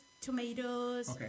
tomatoes